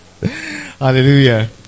Hallelujah